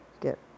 get